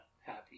happy